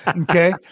Okay